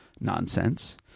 nonsense